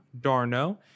Darno